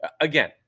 again